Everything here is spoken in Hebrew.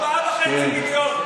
4.5 מיליון.